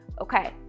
Okay